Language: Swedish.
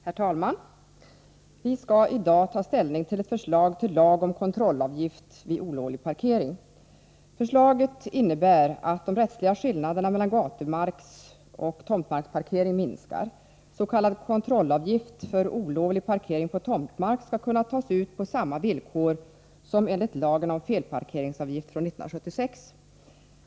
Herr talman! Vi skall i dag ta ställning till ett förslag till lag om kontrollavgift vid olovlig parkering. Förslaget innebär att de rättsliga skillnaderna mellan gatumarksoch tomtmarksparkering minskar. S.k. kontrollavgift för olovlig parkering på tomtmark skall kunna tas ut på samma villkor som enligt lagen om felparkeringsavgift från 1976.